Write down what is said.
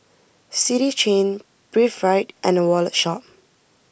City Chain Breathe Right and the Wallet Shop